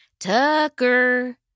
Tucker